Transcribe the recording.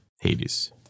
Hades